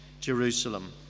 jerusalem